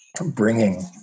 bringing